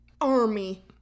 Army